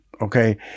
Okay